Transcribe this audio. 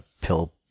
pill